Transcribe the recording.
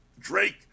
Drake